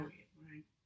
Right